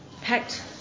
packed